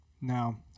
Now